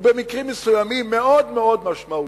ובמקרים מסוימים מאוד מאוד משמעותית,